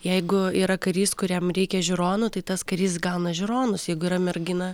jeigu yra karys kuriam reikia žiūronų tai tas karys gauna žiūronus jeigu yra mergina